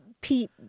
Pete